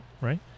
right